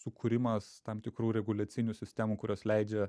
sukūrimas tam tikrų reguliacinių sistemų kurios leidžia